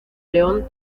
león